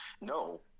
no